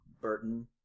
Burton